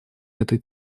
этой